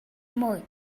mwy